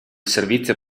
servizio